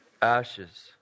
Ashes